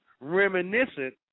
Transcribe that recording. reminiscent